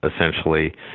essentially